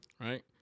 Right